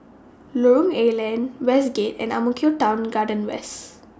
Lorong A Leng Westgate and Ang Mo Kio Town Garden West